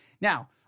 Now